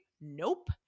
Nope